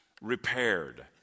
repaired